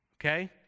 Okay